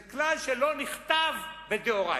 זה כלל שלא נכתב בדאורייתא.